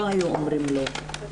לא היו אומרים 'לא'.